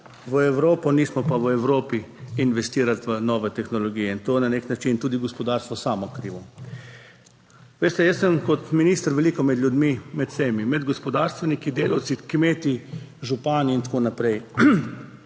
v Evropo. Nismo pa v Evropi investirali v nove tehnologije in to je na nek način tudi gospodarstvo samo krivo. Veste, jaz sem kot minister veliko med ljudmi, med vsemi, med gospodarstveniki, delavci, kmeti, župani in tako naprej